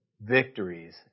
victories